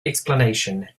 explanation